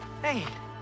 Hey